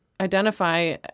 identify